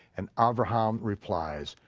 and abraham replied,